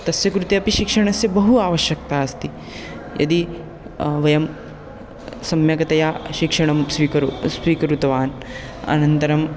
तस्य कृते अपि शिक्षणस्य बहु आवश्यक्ता अस्ति यदि वयं सम्यक्तया शिक्षणं स्वीकुरु स्वीकृतवान् अनन्तरं